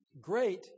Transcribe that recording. Great